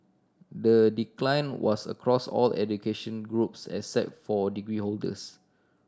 the decline was across all education groups except for degree holders